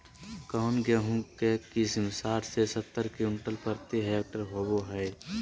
कौन गेंहू के किस्म साठ से सत्तर क्विंटल प्रति हेक्टेयर होबो हाय?